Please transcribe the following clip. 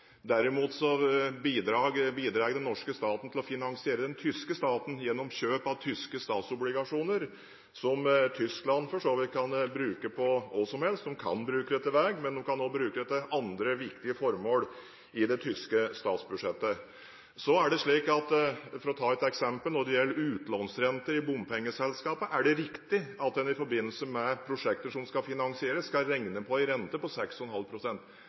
staten gjennom kjøp av tyske statsobligasjoner, som Tyskland for så vidt kan bruke på hva som helst. De kan bruke det til veier, men de kan også bruke det til andre viktige formål i det tyske statsbudsjettet. For å ta et eksempel: Når det gjelder utlånsrenter i bompengeselskaper, er det riktig at man i forbindelse med prosjekter som skal finansieres, skal regne på en rente på 6,5